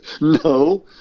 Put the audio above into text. no